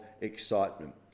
excitement